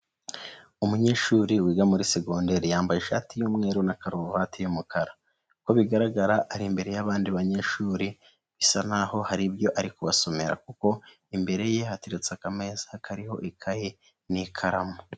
Umunyeshuri wiga muri segonderi yambaye ishati y'umweru na karuvati y'umukara, uko bigaragara ari imbere y'abandi banyeshuri bisa nk'aho hari ibyo ari kubasomera kuko imbere ye hateretse akameza kariho ikaye n'ikaramu.